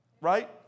Right